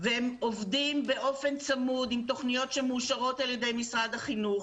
והם עובדים באופן צמוד עם תוכניות שמאושרות על ידי משרד החינוך.